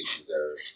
deserve